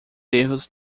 erros